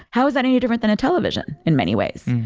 how's that any different than a television in many ways?